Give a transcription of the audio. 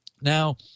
Now